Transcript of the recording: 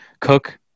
cook